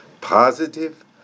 positive